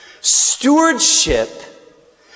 Stewardship